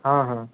हँ हँ